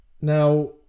Now